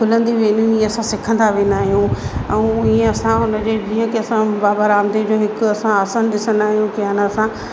हलंदी वेंदियूं ईअं असां सिखंदा वेंदा आहियूं ऐं इहे असां उन्हनि जे जीअं कि असां बाबा रामदेव हिकु असां ॾिसंदा आहियूं कि आहिनि असां